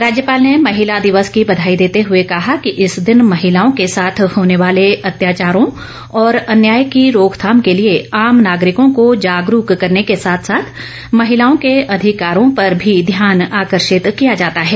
राज्यपाल ने महिला दिवस की बघाई देते हुए कहा कि इस दिन महिलाओं के साथ होने वाले अत्याचारों और अन्याय की रोकथाम के लिए आम नागरिकों को जागरूक करने के साथ साथ महिलाओं के अधिकारों पर भी ध्यान आकर्षित किया जाता है